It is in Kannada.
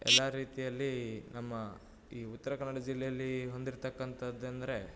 ಎಲ್ಲಾ ರೀತಿಯಲ್ಲಿ ನಮ್ಮ ಈ ಉತ್ತರ ಕನ್ನಡ ಜಿಲ್ಲೆಯಲ್ಲಿ ಹೊಂದಿರ್ತಕ್ಕಂಥದ್ದು ಅಂದರೆ